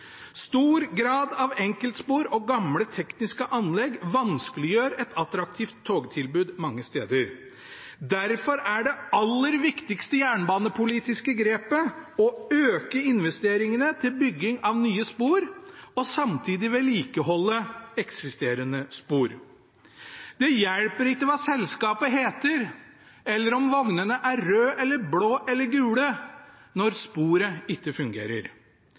Stor grad av enkeltspor og gamle tekniske anlegg vanskeliggjør et attraktivt togtilbud mange steder. Derfor er det aller viktigste jernbanepolitiske grepet å øke investeringene til bygging av nye spor og samtidig vedlikeholde eksisterende spor. Det hjelper ikke hva selskapet heter, eller om vognene er røde, blå eller gule når sporet ikke fungerer.